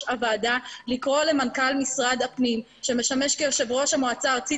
הוועדה לקרוא למנכ"ל משרד הפנים שמשמש כיושב ראש המועצה הארצית